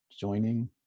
joining